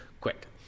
quick